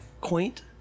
quaint